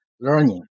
learning